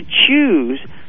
choose